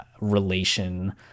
relation